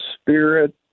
spirit